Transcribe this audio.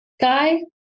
guy